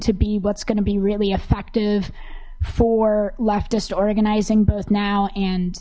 to be what's going to be really effective for leftist organizing both now and